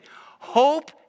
Hope